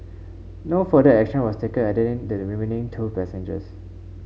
no further action was taken against the remaining two passengers